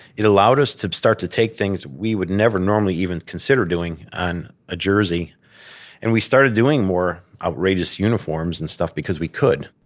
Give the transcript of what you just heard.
it allowed us to start to take things we would never normally even consider doing on a jersey and we started doing more outrageous uniforms and stuff because we could.